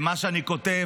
למה שאני כותב,